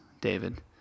David